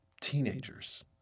teenagers